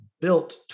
built